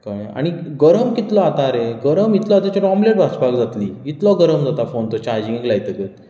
कळ्ळें आनी गरम कितलो जाता रे गरम इतलो जाता की ताचेर ऑमलेट भाजपाक जातली इतलो गरम जाता फोन तो चार्जीगेंक लायतकच